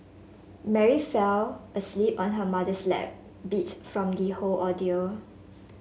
Mary fell asleep on her mother's lap beat from the whole ordeal